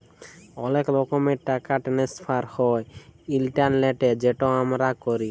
অলেক রকমের টাকা টেনেসফার হ্যয় ইলটারলেটে যেট আমরা ক্যরি